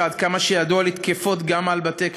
שעד כמה שידוע לי תקפות גם בבתי-כנסת.